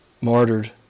martyred